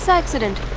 so accident